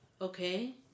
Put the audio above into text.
Okay